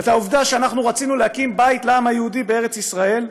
על העובדה שרצינו להקים בית לעם היהודי בארץ ישראל,